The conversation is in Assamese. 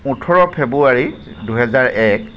ওঁঠৰ ফেব্ৰুৱাৰী দুহেজাৰ এক